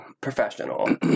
professional